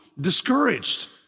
discouraged